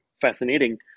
fascinating